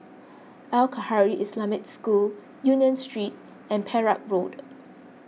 Al Khairiah Islamic School Union Street and Perak Road